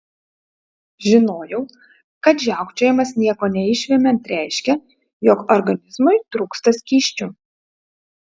žinojau kad žiaukčiojimas nieko neišvemiant reiškia jog organizmui trūksta skysčių